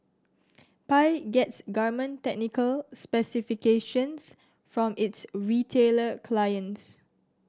Pi gets garment technical specifications from its retailer clients